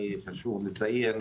חשוב לציין,